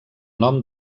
nom